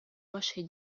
вашей